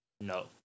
No